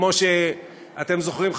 שכמו שאתם זוכרים,